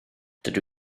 dydw